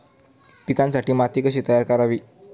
पिकांसाठी माती कशी तयार करावी?